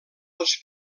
els